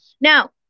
Now